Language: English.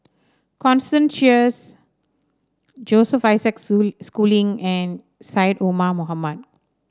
Constance Sheares Joseph Isaac Schooling and Syed Omar Mohamed